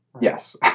Yes